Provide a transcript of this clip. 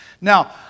Now